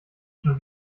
schon